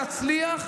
נצליח,